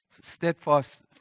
steadfast